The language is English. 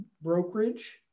brokerage